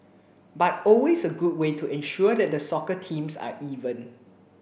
but always a good way to ensure that the soccer teams are even